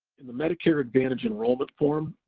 in the medicare advantage enrollment form,